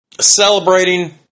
celebrating